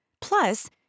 Plus